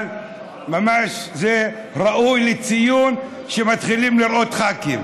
אבל זה ממש ראוי לציון שמתחילים לראות ח"כים.